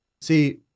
See